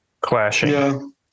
clashing